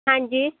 ਹਾਂਜੀ